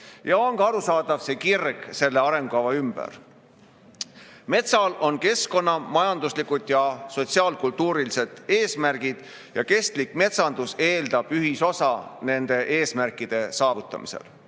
Ja on ka arusaadav see kirg selle arengukava ümber. Metsal on keskkonnamajanduslikud ja sotsiaal-kultuurilised eesmärgid ning kestlik metsandus eeldab ühisosa nende eesmärkide saavutamisel.